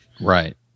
Right